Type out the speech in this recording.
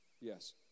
Yes